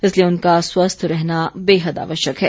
इसलिए उनका स्वस्थ रहना बेहद आवश्यक है